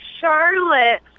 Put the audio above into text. Charlotte